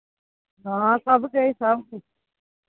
हां सब किश सब किश